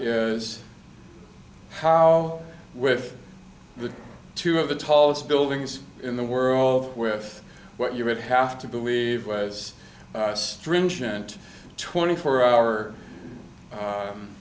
is how with the two of the tallest buildings in the world with what you would have to believe was stringent twenty four